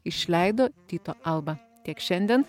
išleido tyto alba tiek šiandien